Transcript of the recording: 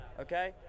Okay